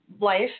life